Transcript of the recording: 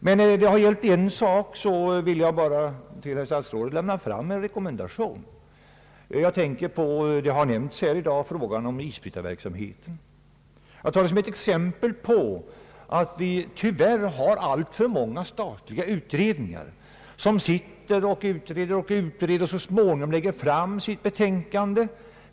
Men beträffande en sak vill jag till herr statsrådet framföra en rekommendation. Det gäller en fråga som har nämnts här i dag, nämligen isbrytarverksamheten, Jag tar den som exempel på att vi tyvärr har alltför många statliga utredningar som sitter och utreder och utreder och så småningom lägger fram sitt betänkande.